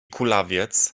kulawiec